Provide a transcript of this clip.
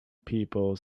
people